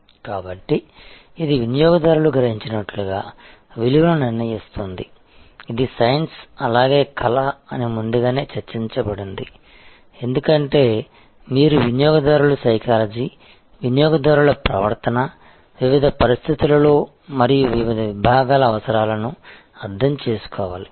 కాబట్టి ఇది వినియోగదారులు గ్రహించినట్లుగా విలువను నిర్ణయిస్తుంది ఇది సైన్స్ అలాగే కళ అని ముందుగానే చర్చించబడింది ఎందుకంటే మీరు వినియోగదారుల సైకాలజీ వినియోగదారుల ప్రవర్తన వివిధ పరిస్థితులలో మరియు వివిధ విభాగాల అవసరాలను అర్థం చేసుకోవాలి